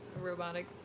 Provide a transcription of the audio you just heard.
Robotic